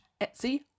etsy